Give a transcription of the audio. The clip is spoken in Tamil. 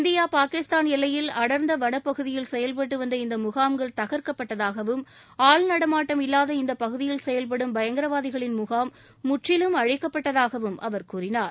இந்தியா பாகிஸ்தான் எல்லையில் அடர்ந்த வளப்பகுதியில் செயல்பட்டு வந்த இந்த முகாம்கள் தகர்க்கப்பட்டதாகவும் ஆள்நடமாட்டம் இல்லாத இந்த பகுதியில் செயல்படும் பயங்கரவாதிகளின் முகாம் முற்றிலும் அழிக்கப்பட்டதாகவும் அவர் கூறினார்